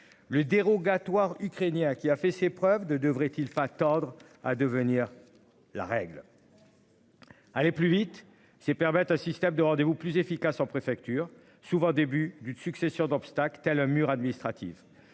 le dérogatoire. Qui a fait ses preuves de devrait il faut attendre à devenir la règle.-- Aller plus vite si permettent un système de rendez-vous plus efficace en préfecture souvent début d'une succession d'obstacles tels un mur administrative.